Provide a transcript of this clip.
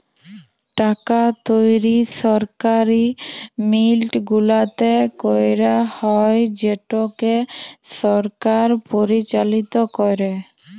টাকা তৈরি সরকারি মিল্ট গুলাতে ক্যারা হ্যয় যেটকে সরকার পরিচালিত ক্যরে